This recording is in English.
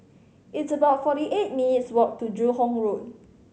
it's about forty eight minutes' walk to Joo Hong Road